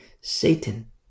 Satan